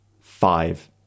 five